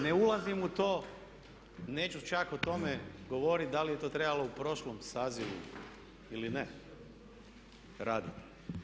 Ne ulazim u to, neću čak o tome govoriti da li je to trebalo u prošlom sazivu ili ne raditi.